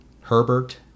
Herbert